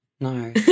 No